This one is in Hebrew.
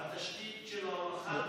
התשתית של ההולכה תורחב,